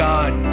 God